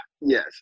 Yes